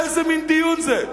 איזה מין דיון זה?